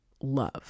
love